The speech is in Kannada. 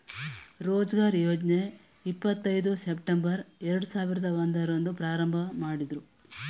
ರೋಜ್ಗಾರ್ ಯೋಜ್ನ ಇಪ್ಪತ್ ಐದು ಸೆಪ್ಟಂಬರ್ ಎರಡು ಸಾವಿರದ ಒಂದು ರಂದು ಪ್ರಾರಂಭಮಾಡುದ್ರು